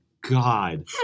God